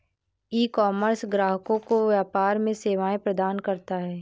ecommerce ग्राहकों को व्यापार में सेवाएं प्रदान करता है